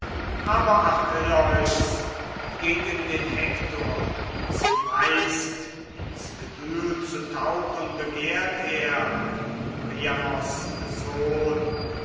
aber achilleus gegen den hektor zumeist ins gewühl zu tauchen begehrt er priamos sohn